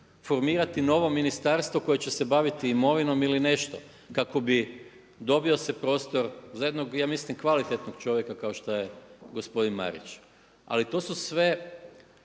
formirati novo ministarstvo koje će se baviti imovinom ili nešto kako bi se dobio prostor za jednog ja mislim kvalitetnog čovjeka kao što je gospodin Marić. Ali to su sve